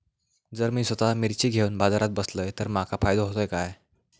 जर मी स्वतः मिर्ची घेवून बाजारात बसलय तर माका फायदो होयत काय?